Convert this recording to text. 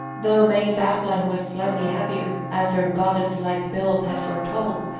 though may's outline was slightly heavier, as her goddesslike build had foretold,